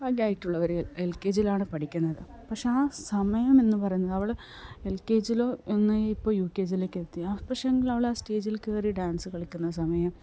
പ്രായായിട്ടുള്ളവർ L K G യിലാണ് പഠിക്കുന്നത് പക്ഷേ ആ സമയം എന്ന് പറയുന്നത് അവൾ എൽ കെ ജിയിലോ ഒന്ന് ഇപ്പോൾ യു കെ ജിയിലെക്കെത്തി പക്ഷേ അവൾ ആ സ്റ്റേജിൽ കയറി ഡാൻസ് കളിക്കുന്ന സമയം